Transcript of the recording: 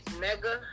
mega